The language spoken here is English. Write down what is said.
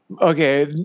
Okay